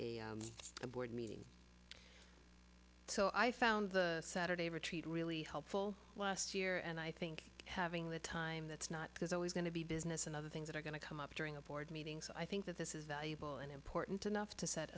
having a board meeting so i found the saturday retreat really helpful last year and i think having the time that's not because always going to be business and other things that are going to come up during a board meetings i think that this is valuable and important enough to set